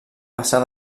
passar